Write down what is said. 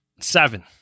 Seven